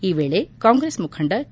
ಈ ವೇಳೆ ಕಾಂಗ್ರೆಸ್ ಮುಖಂಡ ಕೆ